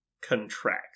contract